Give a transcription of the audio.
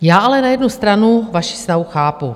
Já ale na jednu stranu vaši snahu chápu.